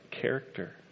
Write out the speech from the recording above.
character